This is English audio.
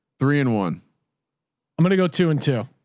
three in one i'm going to go two and two.